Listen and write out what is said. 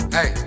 Hey